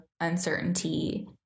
uncertainty